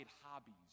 hobbies